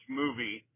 movie